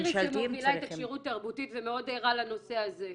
איריס שמובילה את הכשירות התרבותית ומאוד ערה לנושא הזה.